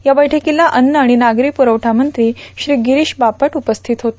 या बैठकीला अन्न आणि नागरी प्ररवठा मंत्री श्री गिरीश बापट उपस्थित होते